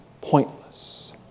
pointless